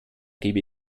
gebe